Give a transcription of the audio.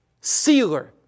sealer